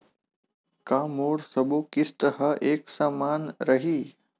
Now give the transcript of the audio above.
का मोर सबो किस्त ह एक समान रहि?